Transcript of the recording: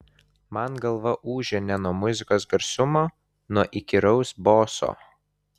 man galva ūžė ne nuo muzikos garsumo nuo įkyraus boso